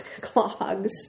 clogs